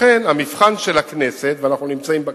לכן, המבחן של הכנסת, ואנחנו נמצאים בכנסת,